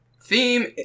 theme